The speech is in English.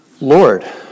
Lord